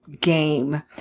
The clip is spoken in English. game